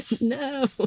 no